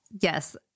Yes